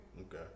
Okay